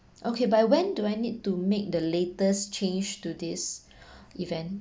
okay by when do I need to make the latest change to this event